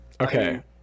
Okay